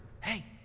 Hey